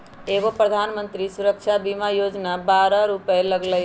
एगो प्रधानमंत्री सुरक्षा बीमा योजना है बारह रु लगहई?